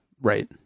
right